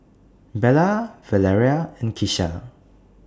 Bella Valeria and Kisha